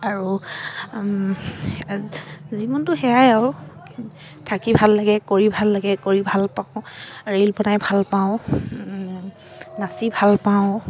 আৰু জীৱনটো সেয়াই আৰু থাকি ভাল লাগে কৰি ভাল লাগে কৰি ভাল পাওঁ ৰীল বনাই ভাল পাওঁ নাচি ভাল পাওঁ